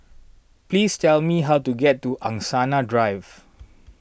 please tell me how to get to Angsana Drive